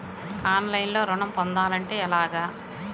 ఆన్లైన్లో ఋణం పొందాలంటే ఎలాగా?